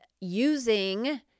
using